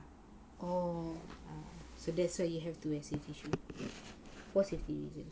so that's why you have to wear safety shoes for safety reasons